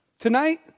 Tonight